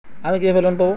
আমি কিভাবে লোন পাব?